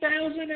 thousand